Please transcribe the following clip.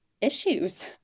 issues